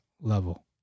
level